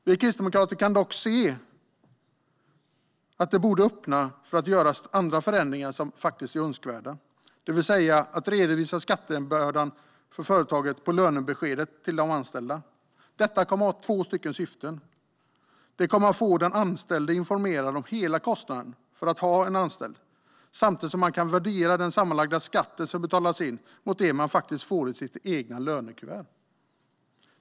Vi kristdemokrater kan dock se att detta borde öppna för att det görs andra förändringar som faktiskt är önskvärda, det vill säga att redovisa skattebördan för företaget på lönebeskeden till de anställda. Det kommer att två syften. Det kommer att få den anställde informerad om hela kostnaden för att ha en anställd, samtidigt som man kan värdera den sammanlagda skatt som betalas in mot det som man faktiskt får i sitt eget lönekuvert.